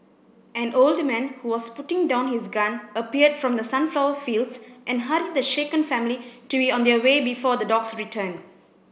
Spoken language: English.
an old man who was putting down his gun appeared from the sunflower fields and hurried the shaken family to be on their way before the dogs return